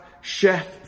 chef